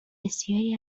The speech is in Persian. بسیاری